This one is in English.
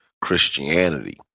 Christianity